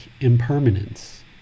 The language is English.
impermanence